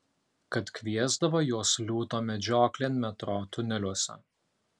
kad kviesdavo juos liūto medžioklėn metro tuneliuose